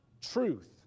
truth